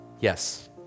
Yes